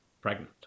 pregnant